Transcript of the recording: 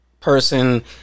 person